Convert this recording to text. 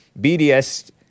BDS